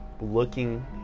looking